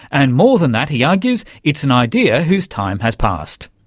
and, more than that, he argues, it's an idea whose time has past.